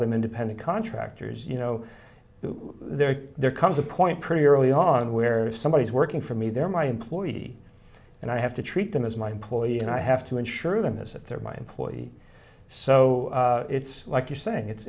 them independent contractors you know they're there comes a point pretty early on where if somebody is working for me they're my employee and i have to treat them as my employee and i have to insure them as if they're my employee so it's like you're saying it's